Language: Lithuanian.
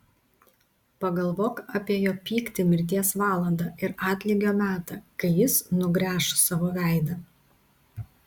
pagalvok apie jo pyktį mirties valandą ir atlygio metą kai jis nugręš savo veidą